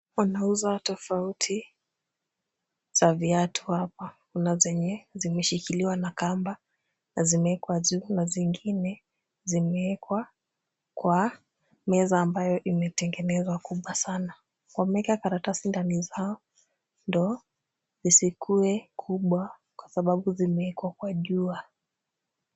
Panauzwa tofauti za viatu hapa. Kuna zenye zimeshikiliwa na kamba na zimeekwa juu. Kuna zingine zimewekwa kwa meza ambayo imetengenezwa kubwa sana. Wameeka karatasi ndani zao, ndo zisikuwe kubwa kwa sababu zimewekwa kwa jua.